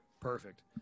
Perfect